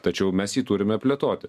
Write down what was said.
tačiau mes jį turime plėtoti